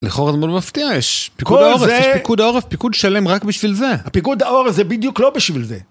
לכאורה זמן מפתיע, יש פיקוד העורף, יש פיקוד העורף, פיקוד שלם רק בשביל זה. הפיקוד העורף זה בדיוק לא בשביל זה.